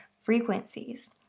frequencies